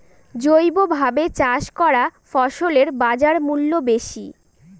জৈবভাবে চাষ করা ফসলের বাজারমূল্য বেশি